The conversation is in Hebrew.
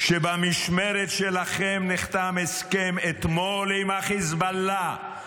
ובמשמרת שלכם נחתם הסכם אתמול עם החיזבאללה,